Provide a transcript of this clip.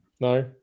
No